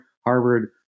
Harvard